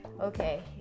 okay